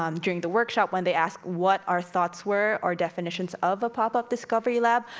um during the workshop, when they asked what our thoughts were, our definitions of a pop-up discovery lab,